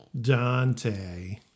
Dante